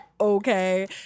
Okay